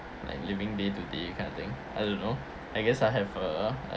like living day to day kind of thing I don't know I guess I have a